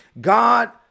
God